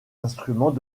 instruments